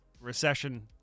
Recession